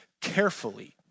carefully